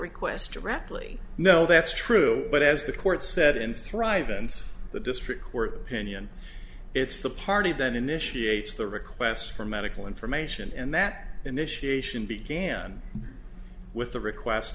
request directly no that's true but as the court said in thrive and the district court opinion it's the party that initiated the request for medical information and that initiation began with the request